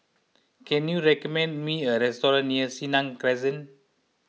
can you recommend me a restaurant near Senang Crescent